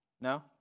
No